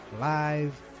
live